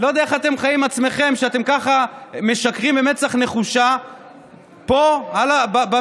לא יודע איך אתם חיים עם עצמכם שאתם ככה משקרים במצח נחושה פה במליאה,